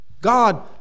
God